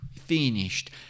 finished